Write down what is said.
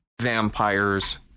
vampires